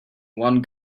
one